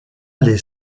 les